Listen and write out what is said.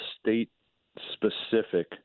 state-specific